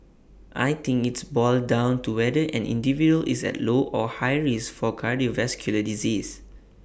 I think its boils down to whether an individual is at low or high risk for cardiovascular disease